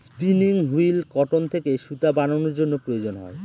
spinning wheel cotton থেকে সুতা বানানোর জন্য প্রয়োজন হয়